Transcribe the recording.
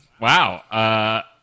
Wow